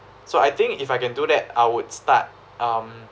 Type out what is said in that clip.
so I think if I can do that I would start um